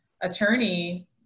attorney